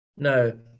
No